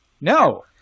No